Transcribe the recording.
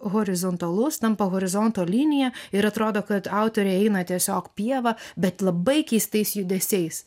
horizontalus tampa horizonto linija ir atrodo kad autorė eina tiesiog pieva bet labai keistais judesiais